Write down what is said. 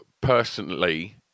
personally